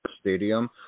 Stadium